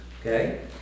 Okay